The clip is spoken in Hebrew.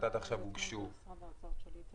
את זה במינהל התכנון.